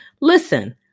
Listen